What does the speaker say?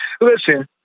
Listen